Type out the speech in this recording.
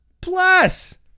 plus